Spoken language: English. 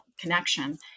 connection